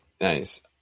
nice